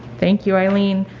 thank you, eileen.